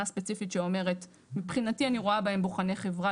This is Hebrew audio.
ספציפית שאומרת מבחינתי אני רואה בהם בוחני חברה,